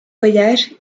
voyage